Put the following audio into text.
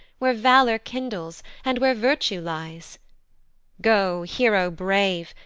where valour kindles, and where virtue lies go, hero brave,